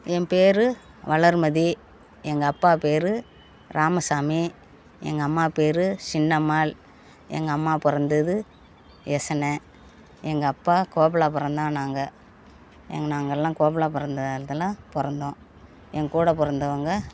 என் பேரு வளர்மதி எங்கள் அப்பா பேரு ராமசாமி எங்கள் அம்மா பேரு சின்னம்மாள் எங்கள் அம்மா பிறந்தது எசன எங்கள் அப்பா கோபலாபுரந்தான் நாங்கள் எங்கள் நாங்கள்லாம் கோபலாபுரந்து இடத்துல பிறந்தோம் என் கூட பிறந்தவங்க